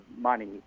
money